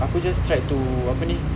aku just tried to apa ni